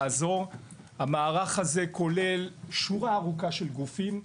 המערך הזה כולל שורה ארוכה של גופים.